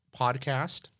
podcast